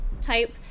type